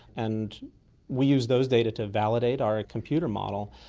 and we use those data to validate our computer model.